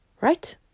right